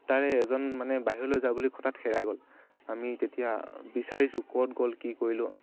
তাৰে এজন মানে বাহিৰলৈ যাও বুলি হঠাত হেৰাই গ'ল আমি তেতিয়া বিচাৰিছোঁ ক'ত গ'ল কি কৰিলোঁ